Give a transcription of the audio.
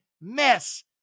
Miss